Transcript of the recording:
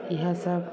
इएहे सभ